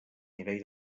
nivell